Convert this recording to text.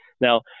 Now